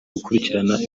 gukurikirana